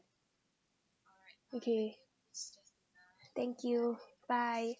okay thank you bye